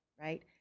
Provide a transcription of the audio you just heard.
right